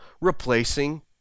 replacing